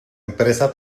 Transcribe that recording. empresa